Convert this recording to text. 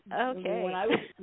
okay